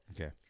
Okay